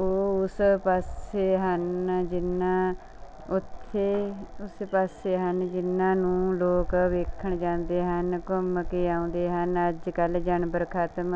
ਉਹ ਉਸ ਪਾਸੇ ਹਨ ਜਿੰਨਾ ਉੱਥੇ ਉਸ ਪਾਸੇ ਹਨ ਜਿੰਨਾਂ ਨੂੰ ਲੋਕ ਵੇਖਣ ਜਾਂਦੇ ਹਨ ਘੁੰਮ ਕੇ ਆਉਂਦੇ ਹਨ ਅੱਜ ਕੱਲ ਜਾਨਵਰ ਖਤਮ